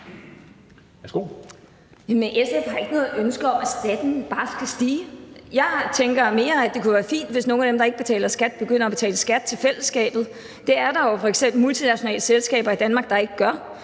SF har ikke noget ønske om, at skatten bare skal stige. Jeg tænker mere, at det kunne være fint, hvis nogen af dem, der ikke betaler skat, begynder at betale skat til fællesskabet. Det er der jo f.eks. multinationale selskaber i Danmark, der ikke gør.